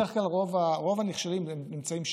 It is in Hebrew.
ועוד פעם, ובדרך כלל רוב הנכשלים נמצאים שם.